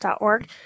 org